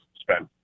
spend